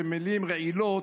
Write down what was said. שהן מילים רעילות,